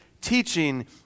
teaching